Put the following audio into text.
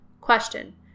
Question